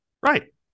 Right